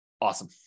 Awesome